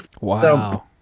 Wow